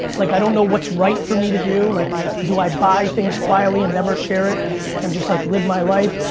like i don't know what's right for me to do, like do i buy things quietly and never share it and just like live my life?